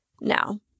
Now